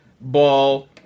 ball